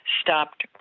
stopped